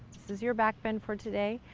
this is your back bend for today.